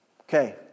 Okay